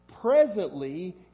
presently